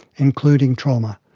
including trauma,